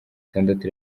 itandatu